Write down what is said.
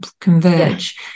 converge